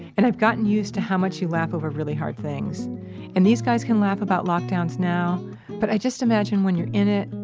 and i've gotten used to how much you laugh over really hard things and these guys can laugh about lockdowns now but i just imagine when you're in it,